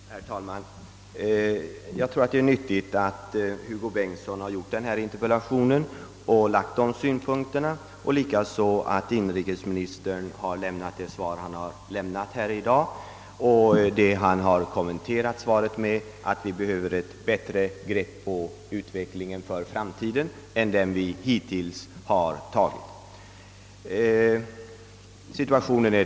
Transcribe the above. Herr talman! Jag tror att det är nyttigt att Hugo Bengtsson framställt denna interpellation och att vi fått inrikesministerns svar och hans ytterligare kommentarer, varav framgår att han anser, att vi i framtiden behöver ett bättre grepp över detta problem än vi hittills haft.